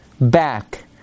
back